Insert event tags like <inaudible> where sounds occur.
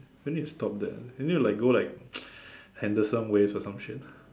we need to stop that we need to like go like <noise> Henderson waves or some shit